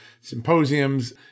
symposiums